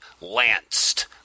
lanced